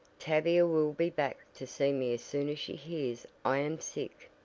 tavia will be back to see me as soon as she hears i am sick,